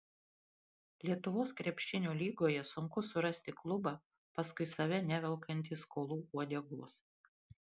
lietuvos krepšinio lygoje sunku surasti klubą paskui save nevelkantį skolų uodegos